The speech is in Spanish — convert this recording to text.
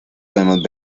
podemos